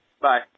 Bye